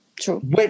true